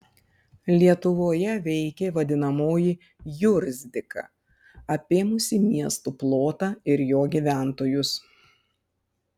lietuvoje veikė vadinamoji jurzdika apėmusi miestų plotą ir jo gyventojus